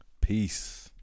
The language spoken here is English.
Peace